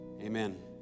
amen